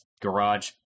garage